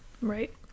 Right